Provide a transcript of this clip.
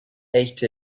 ate